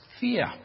fear